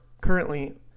currently